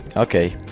okay,